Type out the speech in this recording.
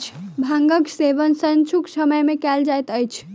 भांगक सेवन सांझुक समय मे कयल जाइत अछि